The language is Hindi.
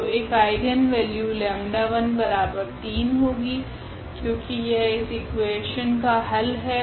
तो 1 आइगनवेल्यू 𝜆13 होगी क्योकि यह इस इकुवेशन का हल है